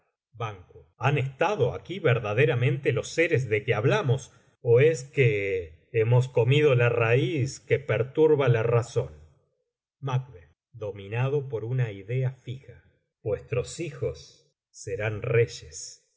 han estado aquí verdaderamente los seres de que hablamos ó es que hemos comido la raíz que perturba la razón nominado por una idea fija vuestros híjos seráu reyes